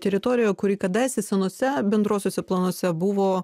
teritorija kuri kadaise senose bendruosiuose planuose buvo